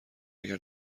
اگر